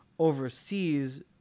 Overseas